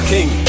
King